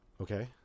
Okay